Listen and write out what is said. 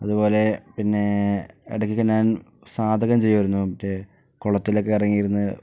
അതുപോലെ പിന്നെ ഇടയ്ക്കൊക്കെ ഞാൻ സാധകം ചെയ്യുമായിരുന്നു മറ്റേ കുളത്തിലൊക്കെ ഇറങ്ങിയിരുന്നു